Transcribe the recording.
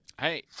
Hey